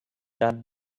that